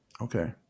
Okay